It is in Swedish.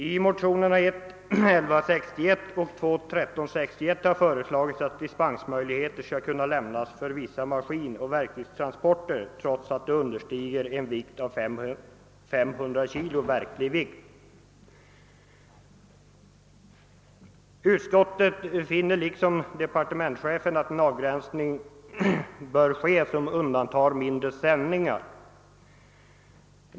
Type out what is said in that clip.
I motionerna I: 1161 och II: 1361 föreslås dispensmöjligheter för vissa maskinoch verktygstransporter som understiger en vikt av 500 kilo verklig vikt. Utskottet finner liksom departementschefen en avgränsning böra ske som undantar mindre sändningar.